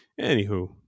anywho